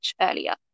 earlier